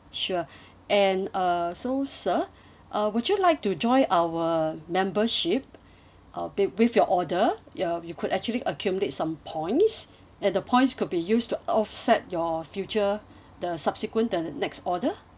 sure and uh so sir uh would you like to join our membership uh with with your order uh you could actually accumulate some points and the points could be used to offset your future the subsequent the next order